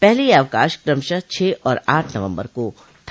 पहले यह अवकाश क्रमशः छह और आठ नवम्बर को था